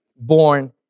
born